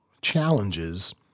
challenges